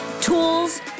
tools